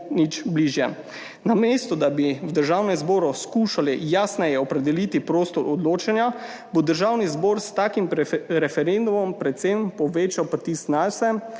nič bližje. Namesto da bi v Državnem zboru skušali jasneje opredeliti prostor odločanja, bo Državni zbor s takim referendumom predvsem povečal pritisk nase,